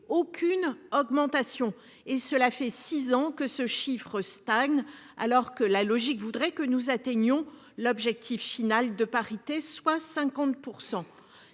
aucune augmentation et cela fait 6 ans que ce chiffre stagne alors que la logique voudrait que nous atteignons l'objectif final de parité soit 50%.